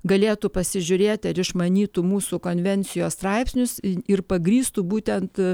galėtų pasižiūrėti ar išmanytų mūsų konvencijos straipsnius ir pagrįstų būtent